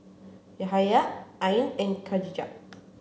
Yahaya Ain and Khatijah